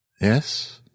Yes